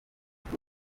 kuri